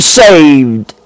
saved